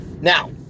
Now